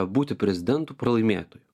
būti prezidentu pralaimėtoju